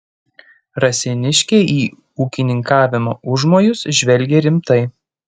raseiniškiai į ūkininkavimo užmojus žvelgė rimtai